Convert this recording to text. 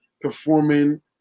performing